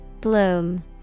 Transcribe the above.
Bloom